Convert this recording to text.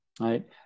right